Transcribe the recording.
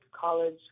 college